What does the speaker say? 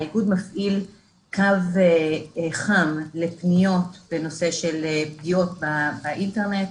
האיגוד מפעיל קו חם לפניות בנושא של פגיעות באינטרנט,